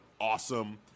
awesome